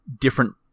different